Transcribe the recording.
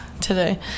today